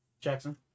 Jackson